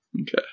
Okay